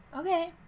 Okay